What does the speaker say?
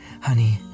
Honey